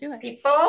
people